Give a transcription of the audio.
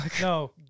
No